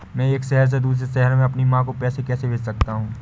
मैं एक शहर से दूसरे शहर में अपनी माँ को पैसे कैसे भेज सकता हूँ?